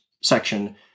section